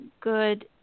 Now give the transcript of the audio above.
Good